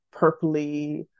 purpley